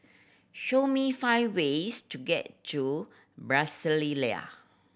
show me five ways to get to Brasilia